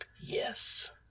Yes